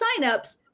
signups